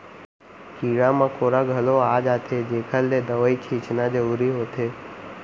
कीरा मकोड़ा घलौ आ जाथें जेकर ले दवई छींचना जरूरी होथे